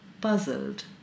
puzzled